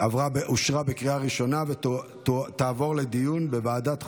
אושרה בקריאה הראשונה, ותעבור לדיון בוועדת החוקה,